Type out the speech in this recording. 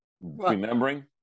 remembering